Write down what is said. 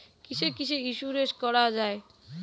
কিসের কিসের ইন্সুরেন্স করা যায়?